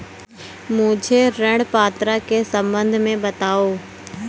मुझे ऋण पात्रता के सम्बन्ध में बताओ?